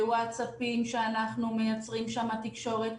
ווטסאפים שאנחנו מייצרים שם תקשורת.